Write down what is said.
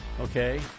okay